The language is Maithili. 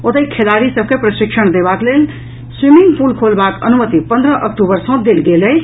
ओतहि खेलाड़ी सभ के प्रशिक्षण देबाक लेल स्वीमिंग पुल खोलबाक अनुमति पन्द्रह अक्टूबर सँ देल गेल अछि